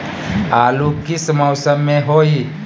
आलू किस मौसम में होई?